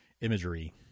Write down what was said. imagery